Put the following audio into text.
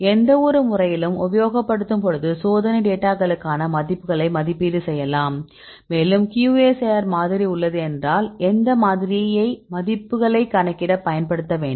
எந்தவொரு முறையிலும் உபயோகப்படுத்தும் பொழுது சோதனை டேட்டாகளுக்கான மதிப்புகளை மதிப்பீடு செய்யலாம் மேலும் QSAR மாதிரி உள்ளது என்றால் எந்த மாதிரியை மதிப்புகளைக் கணக்கிடப் பயன்படுத்த வேண்டும்